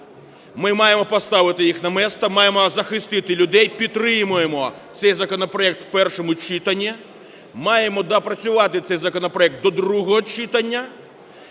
Ми маємо поставити їх на місце, маємо захистити людей, підтримаймо цей законопроект в першому читанні. Маємо доопрацювати цей законопроект до другого читання